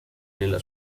nella